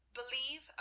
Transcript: believe